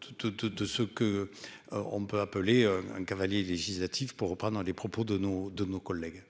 Toute de ce qu'. On peut appeler un cavalier législatif pour reprendre les propos de nos, de nos collègues